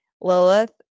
Lilith